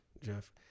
Jeff